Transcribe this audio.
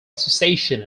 association